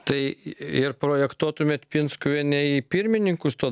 tai ir projektuotumėt pinskuvienę į pirmininkus to